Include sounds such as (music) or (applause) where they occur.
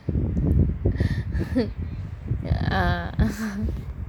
(laughs) uh